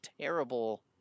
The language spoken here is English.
terrible